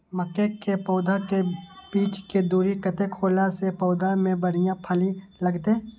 मके के पौधा के बीच के दूरी कतेक होला से पौधा में बढ़िया फली लगते?